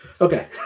Okay